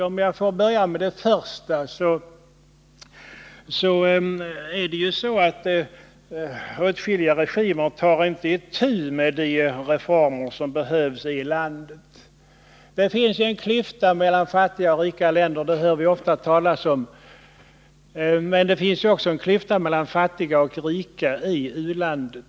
Om jag får börja med det första, inrikespolitiken, vill jag peka på att åtskilliga regimer inte tar itu med genomförandet av de reformer som behövs i landet. Vi hör ofta talas om att det finns en klyfta mellan fattiga och rika länder men också om att det finns en sådan klyfta mellan de fattiga och de rika inom det enskilda u-landet.